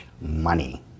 money